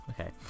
Okay